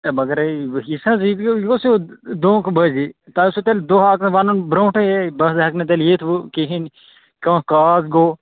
اَے مگرے وُچھ حظ یہِ یہِ گوٚو سیوٚد دھونٛکہٕ بٲزی تۄہہِ اوسوٕ تیٚلہِ دۄہ اَکھ وَنُن برٛونٛٹھٕے اَے بہٕ ہسا ہٮ۪کہٕ نہٕ تیٚلہِ یِتھ وۅنۍ کِہیٖنٛۍ کانٛہہ کاز گوٚو